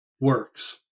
works